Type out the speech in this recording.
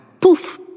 Poof